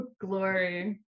glory